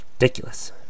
ridiculous